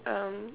um